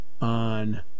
on